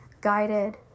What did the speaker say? guided